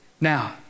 Now